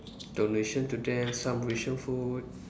donation to them some ration food